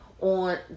on